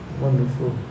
wonderful